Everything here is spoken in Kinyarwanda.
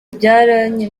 babyaranye